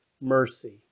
mercy